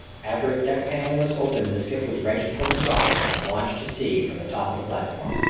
after its deck paneling was opened, the skiff was wrenched from its socket and launched to sea from the top of the platform.